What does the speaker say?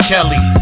Kelly